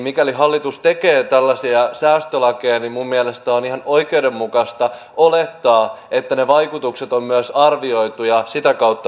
mikäli hallitus tekee tällaisia säästölakeja niin minun mielestäni on ihan oikeudenmukaista olettaa että ne vaikutukset on myös arvioitu ja sitä kautta pohdittu